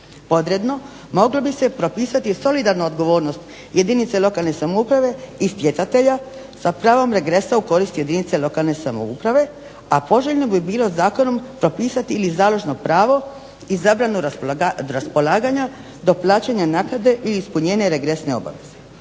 moglo bi se propisati solidarna odgovornost jedinice lokalne samouprave i stjecatelja sa pravom regresa u korist jedinice lokalne samouprave, a poželjno bi bilo zakonom propisati ili založno pravo izabrano …/Govornica se ne razumije./… raspolaganja do plaćanja naknade i ispunjenja regresne obaveze.